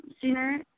sooner